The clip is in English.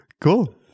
Cool